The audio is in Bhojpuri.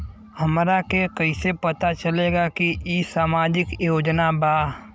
हमरा के कइसे पता चलेगा की इ सामाजिक योजना बा?